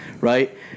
right